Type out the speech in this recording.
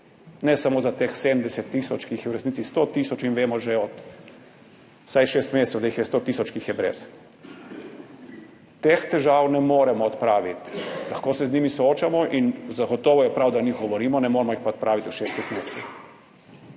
ne samo za teh 70 tisoč, ki jih je v resnici 100 tisoč. Vemo že vsaj šest mesecev, da je 100 tisoč tistih, ki so brez. Teh težav ne moremo odpraviti, lahko se z njimi soočamo in zagotovo je prav, da o njih govorimo, ne moremo jih pa odpraviti v šestih mesecih.